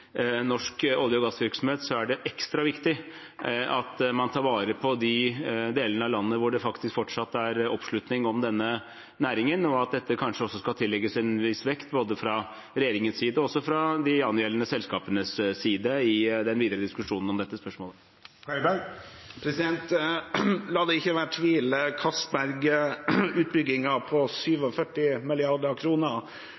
norsk olje- og gassvirksomhet er det ekstra viktig at man tar vare på de delene av landet hvor det fortsatt er oppslutning om denne næringen, og at dette også kanskje skal tillegges en viss vekt både fra regjeringens side og fra de angjeldende selskapenes side i den videre diskusjonen om dette spørsmålet. La det ikke være tvil: Castberg-utbyggingen på